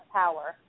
power